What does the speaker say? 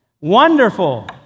Wonderful